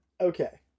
Okay